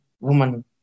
woman